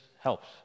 helps